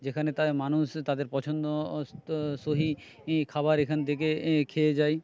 যেখানে তা মানুষ তাদের পছন্দ সহি খাবার এখান থেকে এ খেয়ে যায়